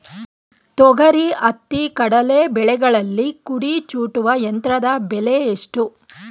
ತೊಗರಿ, ಹತ್ತಿ, ಕಡಲೆ ಬೆಳೆಗಳಲ್ಲಿ ಕುಡಿ ಚೂಟುವ ಯಂತ್ರದ ಬೆಲೆ ಎಷ್ಟು?